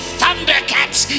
Thundercats